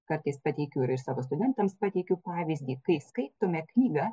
kartais pateikiu ir aš savo studentams pateikiu pavyzdį kai skaitome knygą